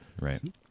right